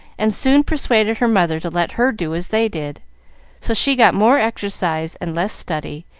and soon persuaded her mother to let her do as they did so she got more exercise and less study,